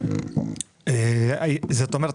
בסדר.